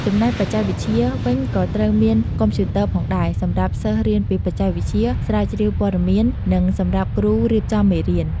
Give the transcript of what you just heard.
ចំណែកបច្ចេកវិទ្យាវិញក៏ត្រូវមាន កុំព្យូទ័រផងដែរ សម្រាប់សិស្សរៀនពីបច្ចេកវិទ្យា ស្រាវជ្រាវព័ត៌មាន និងសម្រាប់គ្រូរៀបចំមេរៀន។